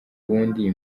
ubundi